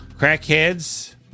Crackheads